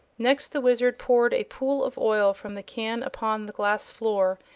next the wizard poured a pool of oil from the can upon the glass floor,